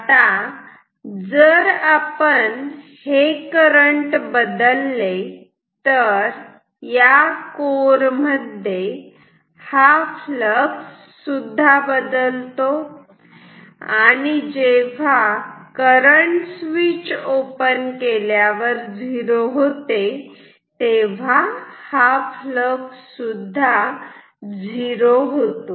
आता जर आपण हे करंट बदलले तर या कोर् मध्ये हा फ्लक्स सुद्धा बदलतो आणि जेव्हा करंट स्वीच ओपन केल्यावर झिरो होते तेव्हा हा फ्लक्स सुद्धा झिरो होतो